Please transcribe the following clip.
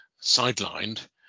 sidelined